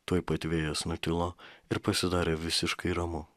tuoj pat vėjas nutilo ir pasidarė visiškai ramu